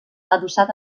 adossat